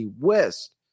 West